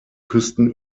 küsten